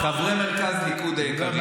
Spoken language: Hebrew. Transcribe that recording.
חברי מרכז ליכוד היקרים.